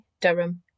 Durham